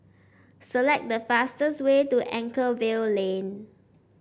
select the fastest way to Anchorvale Lane